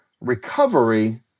recovery